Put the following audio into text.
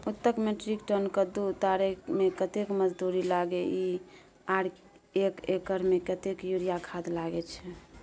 एक metric ton कद्दू उतारे में कतेक मजदूरी लागे इ आर एक एकर में कतेक यूरिया खाद लागे छै?